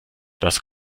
das